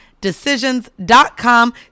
decisions.com